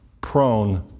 prone